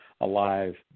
alive